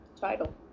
title